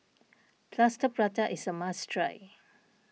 Plaster Prata is a must try